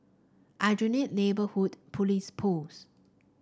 Aljunied Neighbourhood Police Post